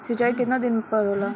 सिंचाई केतना दिन पर होला?